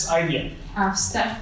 idea